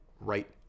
right